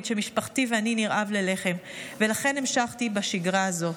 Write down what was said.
שמשפחתי ואני נרעב ללחם ולכן המשכתי בשגרה הזו".